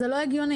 זה לא הגיוני.